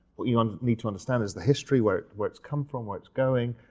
what you and need to understand is the history, where where it's come from, where it's going,